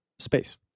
Space